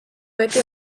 beti